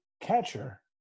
catcher